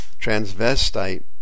Transvestite